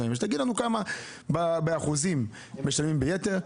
תגיד לנו, באחוזים, כמה משלמים ביתר?